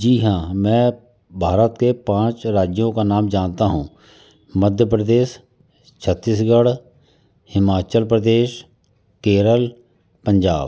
जी हाँ मैं भारत के पाँच राज्यों का नाम जानता हूँ मध्य प्रदेश छत्तीसगढ़ हिमाचल प्रदेश केरल पंजाब